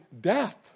death